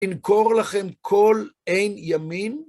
אנקור לכם כל עין ימין.